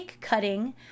cutting